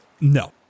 No